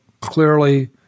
clearly